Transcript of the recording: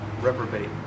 Reprobate